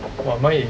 !wah! mine is